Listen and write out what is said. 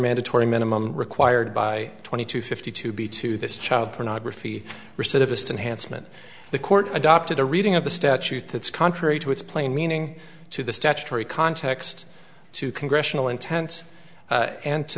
mandatory minimum required by twenty two fifty two b to this child pornography recidivist unhandsome and the court adopted a reading of the statute that's contrary to its plain meaning to the statutory context to congressional intent and to